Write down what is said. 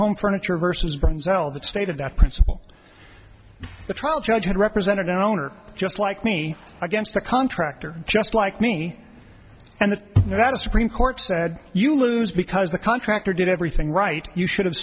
home furniture vs brings out all the state of that principle the trial judge had represented an owner just like me against a contractor just like me and that supreme court said you lose because the contractor did everything right you should have